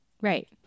Right